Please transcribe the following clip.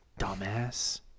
dumbass